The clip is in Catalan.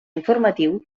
informatiu